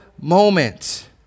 moment